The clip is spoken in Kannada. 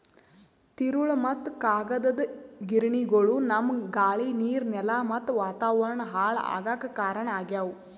ತಿರುಳ್ ಮತ್ತ್ ಕಾಗದದ್ ಗಿರಣಿಗೊಳು ನಮ್ಮ್ ಗಾಳಿ ನೀರ್ ನೆಲಾ ಮತ್ತ್ ವಾತಾವರಣ್ ಹಾಳ್ ಆಗಾಕ್ ಕಾರಣ್ ಆಗ್ಯವು